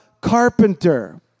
carpenter